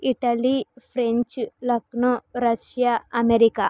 Italy French Lucknow Russia America